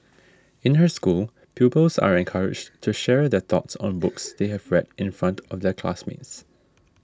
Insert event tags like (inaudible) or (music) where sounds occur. in her school pupils are encouraged to share their thoughts on books (noise) they have read in front of their classmates